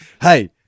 hey